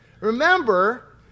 Remember